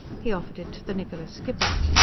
he offered it to the niccola's skipper.